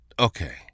Okay